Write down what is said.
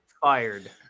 fired